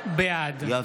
בעד יואב